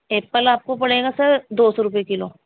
apple آپ کو پڑے گا سر دو سو روپئے کلو